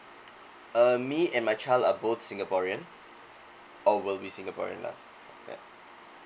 err me and my child are both singaporean or will be singaporean lah